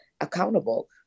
accountable